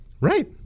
Right